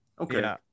Okay